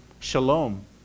Shalom